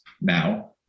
now